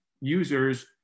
users